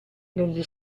negli